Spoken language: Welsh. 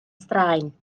straen